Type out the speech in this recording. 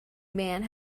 man